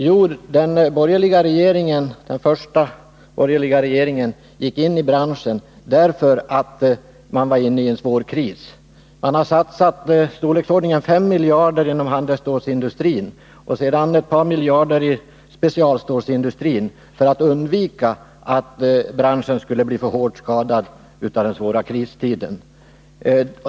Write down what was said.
Jo, den första borgerliga regeringen gick in i branschen därför att den befann sig i en svår kris. Man har satsat 5 miljarder inom handelsstålsindustrin och sedan ett par miljarder i specialstålsindustrin för att undvika att branschen skulle bli för svårt skadad av kristiden.